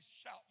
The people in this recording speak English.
shout